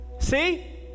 See